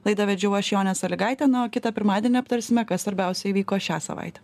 laidą vedžiau aš jonė salygaitė na o kitą pirmadienį aptarsime kas svarbiausia įvyko šią savaitę